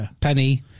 penny